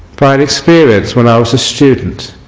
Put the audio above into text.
by experience when i was a student